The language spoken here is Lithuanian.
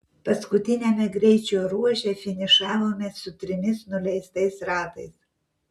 paskutiniame greičio ruože finišavome su trimis nuleistais ratais